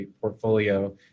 portfolio